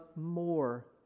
more